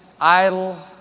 idle